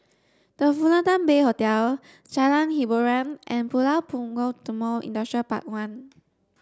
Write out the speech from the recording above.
The Fullerton Bay Hotel Jalan Hiboran and Pulau Punggol Timor Industrial Park one